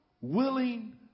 willing